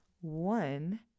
One